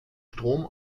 strom